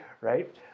Right